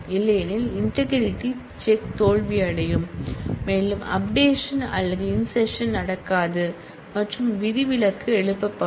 இல்லையெனில் integrity check தோல்வியடையும் மேலும் அப்டேஷன் அல்லது இன்செர்ஷன் நடக்காது மற்றும் விதிவிலக்கு எழுப்பப்படும்